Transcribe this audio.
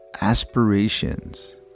aspirations